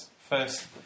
first